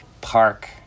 park